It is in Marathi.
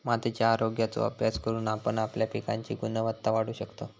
मातीच्या आरोग्याचो अभ्यास करून आपण आपल्या पिकांची गुणवत्ता वाढवू शकतव